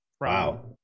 wow